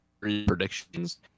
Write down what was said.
predictions